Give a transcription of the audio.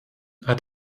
hat